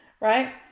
right